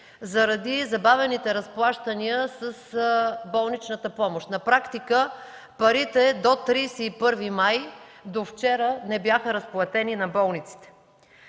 заради забавените разплащания с болничната помощ. На практика парите до 31 май, до вчера не бяха разплатени с болниците.